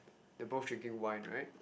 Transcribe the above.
they are both drinking wine right